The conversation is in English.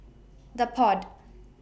The Pod